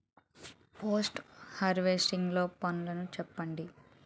Post harvesting లో పనులను చెప్పండి?